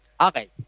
Okay